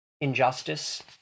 injustice